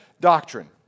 doctrine